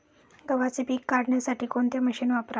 गव्हाचे पीक काढण्यासाठी कोणते मशीन वापरावे?